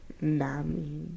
Nami